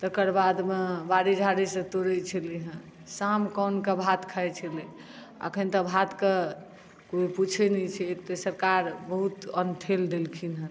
तकर बादमे बाड़ी झाड़ीसँ तोड़ैत छलै हँ साम कौनके भात खाइत छलै एखन तऽ भातके कोइ पूछैत नहि छै एक तऽ सरकार बहुत अन्न ठेल देलखिन